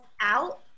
out